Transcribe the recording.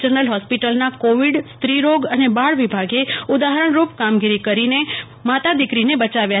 general હોસ્પીટલન કોવિડસ્ત્રીરોગ અને બ ળ વિભ ગે ઉદ ફરણરૂપ ક મગીરી કરીને મં દીકરીને બચ વ્ય